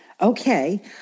Okay